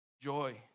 joy